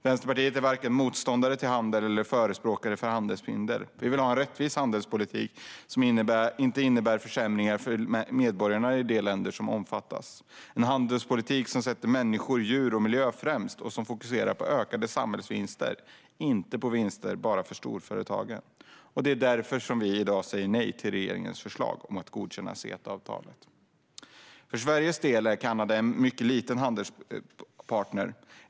Vänsterpartiet är varken motståndare till handel eller förespråkare för handelshinder. Vi vill ha en rättvis handelspolitik som inte innebär försämringar för medborgarna i de länder som omfattas. Vi vill ha en handelspolitik som sätter människor, djur och miljö främst och som fokuserar på ökade samhällsvinster, inte på vinster bara för storföretagen. Därför säger vi i dag nej till regeringens förslag om att godkänna CETA-avtalet. För Sveriges del är Kanada en mycket liten handelspartner.